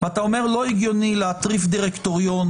ואתה אומר לא הגיוני להטריף דירקטוריון